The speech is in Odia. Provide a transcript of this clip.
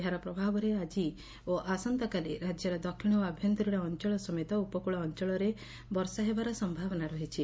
ଏହାର ପ୍ରଭାବରେ ଆକି ଓ ଆସନ୍ତାକାଲି ରାକ୍ୟର ଦକ୍ଷିଣ ଓ ଆଭ୍ୟନ୍ତରୀଣ ଅଞ୍ଚଳ ସମେତ ଉପକୁଳ ଅଞ୍ଚଳରେ ବର୍ଷା ହେବାର ସୟାବନା ରହିଛି